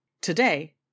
Today